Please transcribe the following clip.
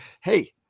Hey